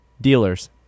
Dealers